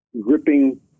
gripping